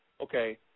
okay